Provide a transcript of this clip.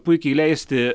puikiai leisti